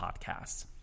Podcasts